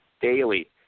daily